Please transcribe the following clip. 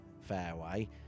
fairway